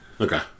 Okay